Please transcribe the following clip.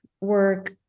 work